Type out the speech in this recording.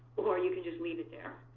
or you can just leave it there.